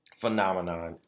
phenomenon